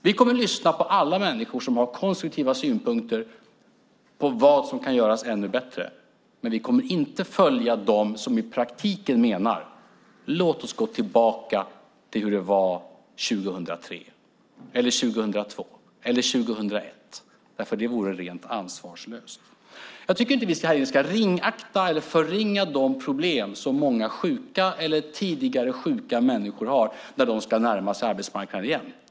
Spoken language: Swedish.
Vi kommer att lyssna på alla människor som har konstruktiva synpunkter på vad som kan göras ännu bättre. Men vi kommer inte att följa dem som i praktiken menar att vi ska gå tillbaka till hur det var 2003, 2002 eller 2001 därför att det vore rent ansvarslöst. Jag tycker inte heller att vi ska förringa de problem som många sjuka eller tidigare sjuka människor har när de ska närma sig arbetsmarknaden igen.